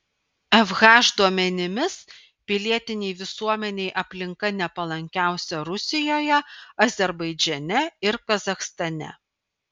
fh duomenimis pilietinei visuomenei aplinka nepalankiausia rusijoje azerbaidžane ir kazachstane